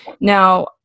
Now